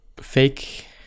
fake